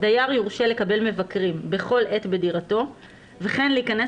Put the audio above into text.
דייר יורשה לקבל מבקרים בכל עת בדירתו וכן להיכנס